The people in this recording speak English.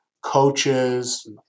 coaches